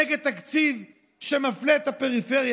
נגד התקציב שמפלה את הפריפריה,